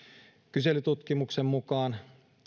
kyselytutkimuksen mukaan